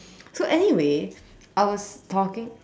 so anyway I was talking